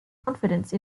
confidence